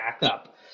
backup